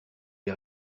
les